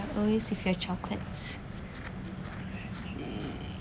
you always with your chocolates